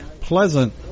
pleasant